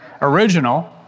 original